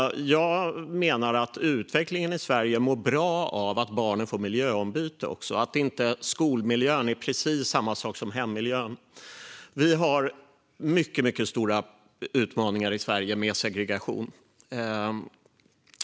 Jag menar att utvecklingen i Sverige mår bra av att barnen får miljöombyte, att inte skolmiljön är precis samma som hemmiljön. Vi har mycket stora utmaningar i Sverige med segregation.